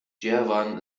jerewan